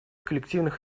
коллективных